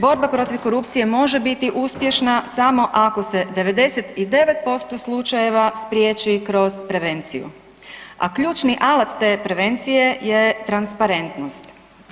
Borba protiv korupcije može biti uspješna samo ako se 99% slučajeva spriječi kroz prevenciju, a ključni alat te prevencije je transparentnost.